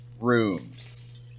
rooms